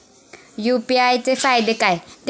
UPI चे फायदे काय?